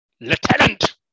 lieutenant